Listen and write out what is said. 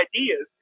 ideas